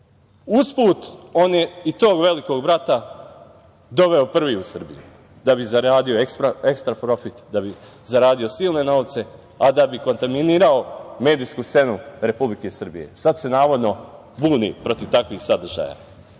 on je i tog "Velikog Brata" doveo prvi u Srbiju da bi zaradio ekstra profit, da bi zaradio silne novce, a da bi kontaminirao medijsku scenu Republike Srbije. Sad se navodno buni protiv takvih sadržaja. Kako